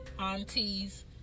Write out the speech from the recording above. aunties